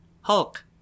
Hulk